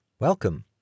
Welcome